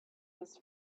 his